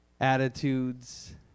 Attitudes